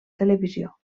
televisió